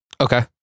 Okay